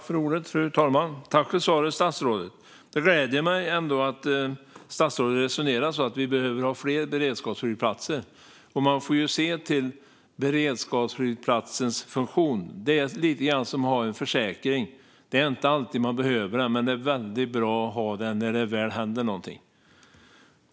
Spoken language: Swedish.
Fru talman! Tack för svaret, statsrådet! Det gläder mig ändå att statsrådet resonerar som så att vi behöver ha fler beredskapsflygplatser. Man får se till beredskapsflygplatsens funktion. Det är lite grann som att ha en försäkring: Det är inte alltid man behöver den, men den är väldigt bra att ha när det väl händer någonting.